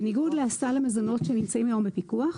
בניגוד לסל המזונות שנמצאים היום בפיקוח,